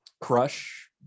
crush